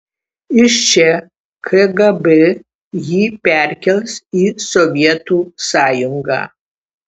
iš čia kgb jį perkels į sovietų sąjungą